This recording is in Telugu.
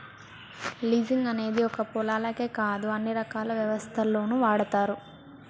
లీజింగ్ అనేది ఒక్క పొలాలకే కాదు అన్ని రకాల వ్యవస్థల్లోనూ వాడతారు